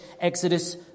Exodus